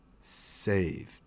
saved